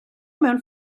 mewn